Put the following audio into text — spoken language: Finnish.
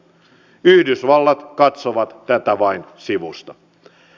yhdysvallat katsoo tätä vain sivusta